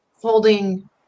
holding